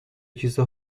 کیسه